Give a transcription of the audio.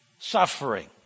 suffering